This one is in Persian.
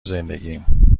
زندگیم